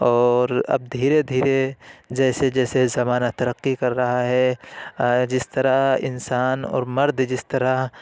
اور اب دھیرے دھیرے جیسے جیسے زمانہ ترقی کر رہا ہے جس طرح انسان اور مرد جس طرح